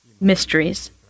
mysteries